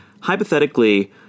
hypothetically